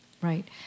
Right